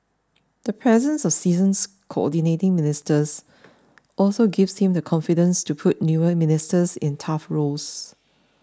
the presence of seasons Coordinating Ministers also gives him the confidence to put newer ministers in tough roles